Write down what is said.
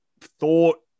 thought